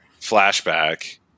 flashback